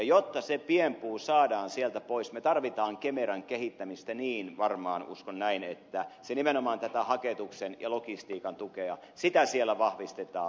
jotta se pienpuu saadaan sieltä pois me tarvitsemme kemeran kehittämistä niin että varmaan uskon näin nimenomaan tätä haketuksen ja logistiikan tukea siellä vahvistetaan